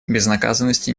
безнаказанности